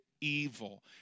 evil